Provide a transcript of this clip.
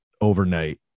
overnight